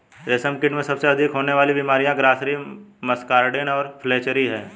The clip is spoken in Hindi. रेशमकीट में सबसे अधिक होने वाली बीमारियां ग्रासरी, मस्कार्डिन और फ्लैचेरी हैं